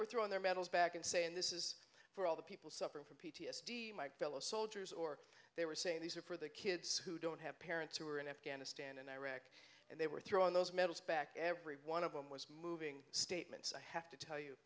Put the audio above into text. were throwing their medals back and saying this is for all the people suffering from p t s d my fellow soldiers or they were saying these are for the kids who don't have parents who are in afghanistan and iraq and they were throwing those medals back every one of them was moving statements i have to tell you